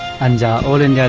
and